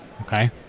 Okay